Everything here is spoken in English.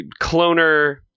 cloner